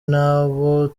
n’abo